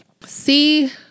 See